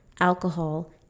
alcohol